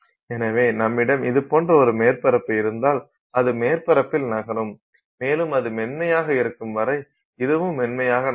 எனவே நம்மிடம் இது போன்ற ஒரு மேற்பரப்பு இருந்தால் அது மேற்பரப்பில் நகரும் மேலும் அது மென்மையாக இருக்கும் வரை இதுவும் மென்மையாக நகரும்